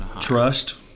Trust